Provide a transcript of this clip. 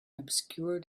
obscured